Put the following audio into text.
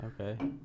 Okay